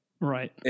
Right